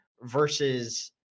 versus